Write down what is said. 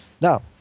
Now